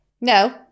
No